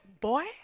Boy